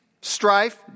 strife